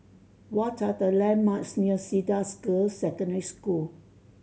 what are the landmarks near Cedar Girls' Secondary School